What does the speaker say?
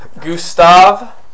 Gustav